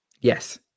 Yes